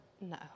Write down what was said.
No